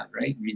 right